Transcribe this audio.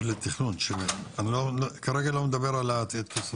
לתכנון של כרגע אני לא מדבר על התוספתי,